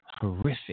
horrific